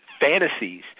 fantasies